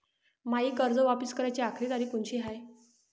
मायी कर्ज वापिस कराची आखरी तारीख कोनची हाय?